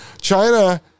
China